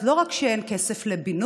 אז לא רק שאין כסף לבינוי,